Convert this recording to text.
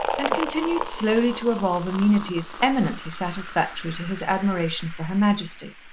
and continued slowly to evolve amenities eminently satisfactory to his admiration for her majesty.